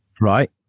Right